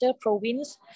provinces